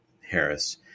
Harris